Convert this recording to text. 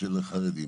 של חרדים.